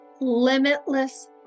limitless